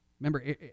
Remember